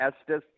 estes